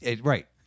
Right